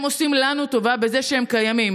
הם עושים לנו טובה בזה שהם קיימים,